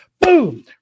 boom